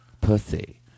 Pussy